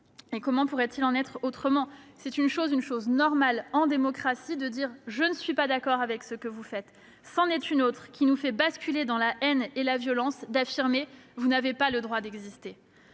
Comment pourrait-il en être autrement ? C'est une chose normale en démocratie que de dire :« Je ne suis pas d'accord avec ce que vous faites. » C'en est une autre, qui nous fait basculer dans la haine et la violence, que d'affirmer :« Vous n'avez pas le droit d'exister !